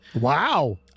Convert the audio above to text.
Wow